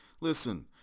Listen